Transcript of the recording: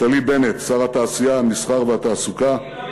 נפתלי בנט, שר התעשייה, המסחר והתעסוקה,